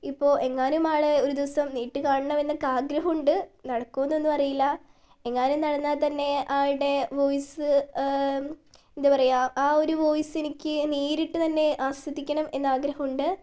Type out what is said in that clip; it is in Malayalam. ഇപ്പോൾ എങ്ങാനും ആളെ ഒരു ദിവസം നേരിട്ട് കാണണം എന്നൊക്കെ ആഗ്രഹം ഉണ്ട് നടക്കുമോ എന്നൊന്നും അറിയില്ല എങ്ങാനും നടന്നാൽ തന്നെ ആളുടെ വോയ്സ് എന്താ പറയുക ആ ഒരു വോയ്സ് എനിക്ക് നേരിട്ട് തന്നെ ആസ്വദിക്കണം എന്ന് ആഗ്രഹമുണ്ട്